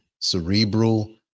cerebral